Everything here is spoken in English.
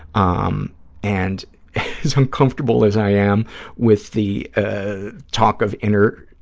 um and as uncomfortable as i am with the ah talk of inner,